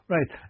Right